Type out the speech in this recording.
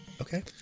Okay